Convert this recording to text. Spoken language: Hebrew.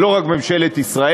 זה לא רק ממשלת ישראל,